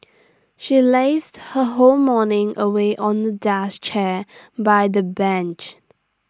she lazed her whole morning away on A deck chair by the beach